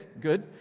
good